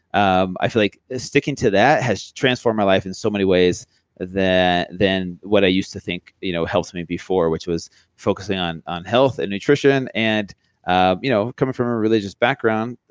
um i feel like sticking to that has transformed my life in so many ways than what i used to think you know helps me before which was focusing on on health and nutrition. and ah you know coming from a religious background,